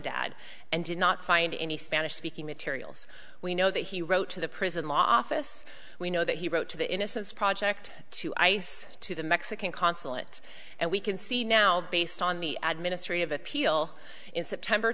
soledad and did not find any spanish speaking materials we know that he wrote to the prison law office we know that he wrote to the innocence project to ice to the mexican consulate and we can see now based on the ad ministry of appeal in september